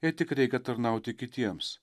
jei tik reikia tarnauti kitiems